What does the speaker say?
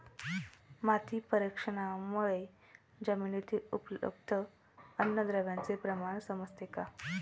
माती परीक्षणामुळे जमिनीतील उपलब्ध अन्नद्रव्यांचे प्रमाण समजते का?